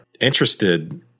interested